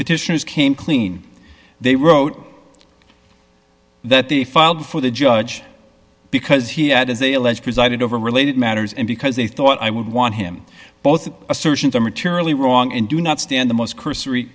petitions came clean they wrote that they filed for the judge because he had as they allege presided over related matters and because they thought i would want him both assertions are materially wrong and do not stand the most cursory